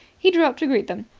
he drew up to greet them.